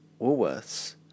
Woolworths